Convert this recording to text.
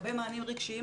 לגבי מענים רגשיים.